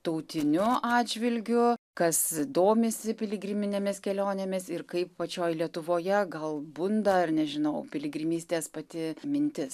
tautiniu atžvilgiu kas domisi piligriminėmis kelionėmis ir kaip pačioj lietuvoje gal bunda ar nežinau piligrimystės pati mintis